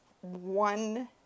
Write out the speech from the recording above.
one